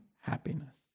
happiness